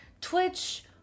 Twitch